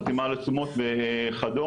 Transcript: חתימה על עצומות וכדומה,